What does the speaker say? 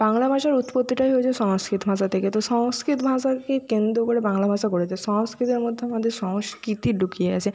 বাংলা ভাষার উৎপত্তিটাই হয়েছে সংস্কৃত ভাষা থেকে তো সংস্কৃত ভাষাকে কেন্দ্র করে বাংলা ভাষা গড়ে উঠেছে সংস্কৃতের মধ্যে আমাদের সংস্কৃতি লুকিয়ে আছে